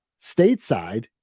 stateside